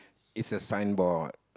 it's a sign board